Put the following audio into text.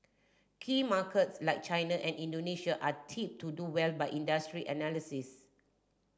key markets like China and Indonesia are tipped to do well by industry analysis